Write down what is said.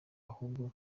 ahubwo